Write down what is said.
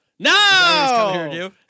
No